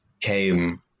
came